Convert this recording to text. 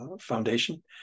Foundation